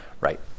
Right